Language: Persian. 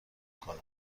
کنه